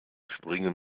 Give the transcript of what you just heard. springen